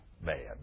bad